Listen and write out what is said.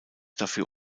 dafür